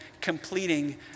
completing